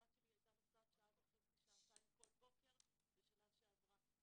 הבת שלי הייתה נוסעת שעה וחצי-שעתיים כל בוקר בשנה שעברה.